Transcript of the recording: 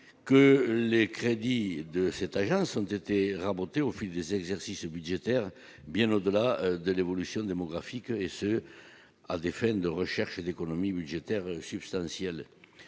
que les crédits de cette agence ont été rabotés au fil des exercices budgétaires bien au-delà de l'évolution démographique et ce à des fins de recherche et d'économie budgétaire substantiel,